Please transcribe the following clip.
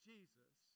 Jesus